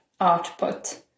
output